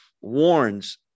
warns